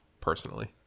personally